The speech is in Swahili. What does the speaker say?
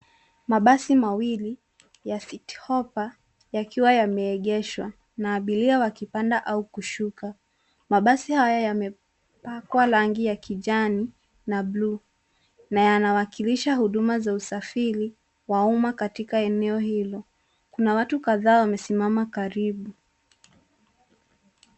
Mabasi mawili ya City hopper yakiwa yameegeshwa na abiria wakipanda au kushuka. Mabasi haya yamepakwa rangi ya kijani na bluu na yanawakilisha huduma za usafiri katika eneo hilo. Kuna watu kadhaa wamesimama karibu.